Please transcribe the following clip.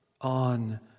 on